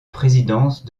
présidence